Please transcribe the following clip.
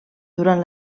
durant